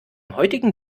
heutigen